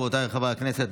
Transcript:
רבותיי חברי הכנסת,